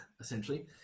essentially